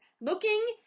Looking